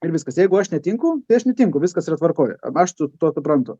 ir viskas jeigu aš netinku tai aš netinku viskas yra tvarkoj aš su tuo suprantu